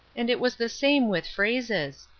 and it was the same with phrases.